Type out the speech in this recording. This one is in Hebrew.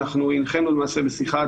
אנחנו הנחנו למעשה בשיחה,